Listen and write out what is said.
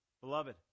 Beloved